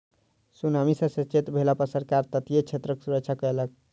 tsunami सॅ सचेत भेला पर सरकार तटीय क्षेत्रक सुरक्षा कयलक